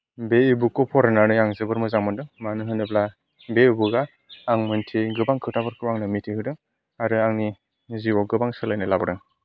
बे बुकखौ फरायनानै आं जोबोर मोजां मोनदों मानो होनोब्ला बे बुकआ आं मिन्थियै गोबां खोथाफोरखौ आंनो मिथिहोदों आरो आंनि जिउआव गोबां सोलायनाय लाबोदों